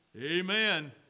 Amen